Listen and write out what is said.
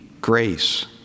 grace